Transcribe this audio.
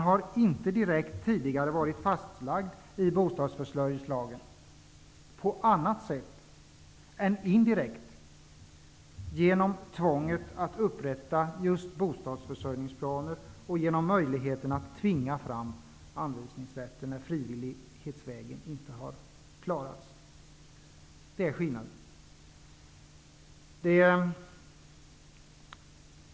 Detta ansvar har tidigare inte varit fastlagt i bostadsförsörjningslagen annat än indirekt, genom tvånget att upprätta bostadsförsörjningsplaner och genom möjligheten att tvinga fram anvisningrätt, när frivilliglinjen inte har kunnat hävdas.